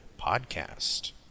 podcast